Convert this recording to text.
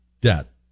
debt